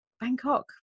bangkok